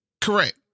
Correct